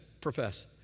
profess